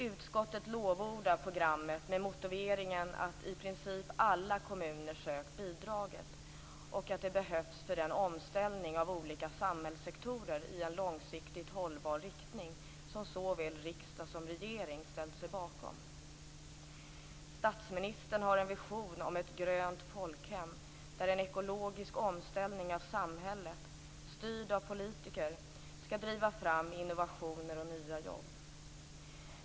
Utskottet lovordar programmet med motiveringen att i princip alla kommuner sökt bidraget och att det behövs för den omställning av olika samhällssektorer i en långsiktigt hållbar riktning som såväl riksdag som regering ställt sig bakom. Statsministern har en vision om ett "grönt folkhem" där en ekologisk omställning av samhället styrd av politiker skall driva fram inovationer och nya jobb.